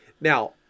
now